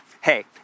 Hey